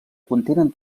contenen